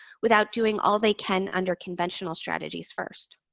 without doing all they can under conventional strategies first.